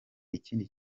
ikindi